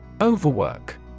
Overwork